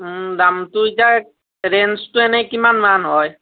দামটো এতিয়া ৰেঞ্জটো এনে কিমান মান হয়